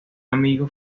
amigo